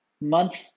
month